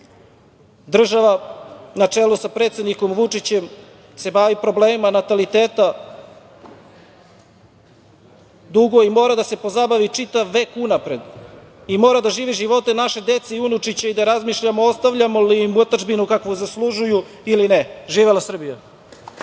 stana. Država, na čelu sa predsednikom Vučićem, se bavi problemima nataliteta dugo i mora da se pozabavi čitav vek unapred, i mora da živi živote naše dece i unučića i da razmišljamo ostavljamo li im otadžbinu kakvu zaslužuju ili ne. Živela Srbija!